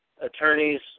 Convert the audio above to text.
attorneys